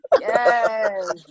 yes